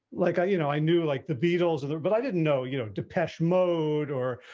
like i, you know, i knew like the beatles there, but i didn't know, you know, depeche mode or,